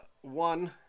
one